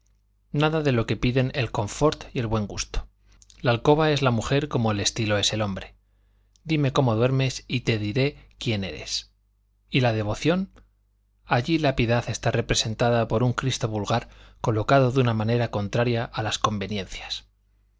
nada de lo que piden el confort y el buen gusto la alcoba es la mujer como el estilo es el hombre dime cómo duermes y te diré quién eres y la devoción allí la piedad está representada por un cristo vulgar colocado de una manera contraria a las conveniencias